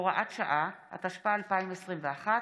הוראת שעה), התשפ"א 2021,